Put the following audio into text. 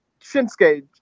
Shinsuke